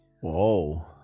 Whoa